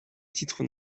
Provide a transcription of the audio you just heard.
titres